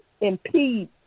impede